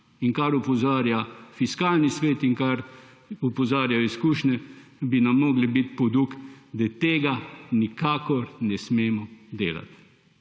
na kar opozarja Fiskalni svet in na kar opozarjajo izkušnje, bi nam moralo biti v poduk, da tega nikakor ne smemo delati.